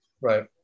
Right